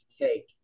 take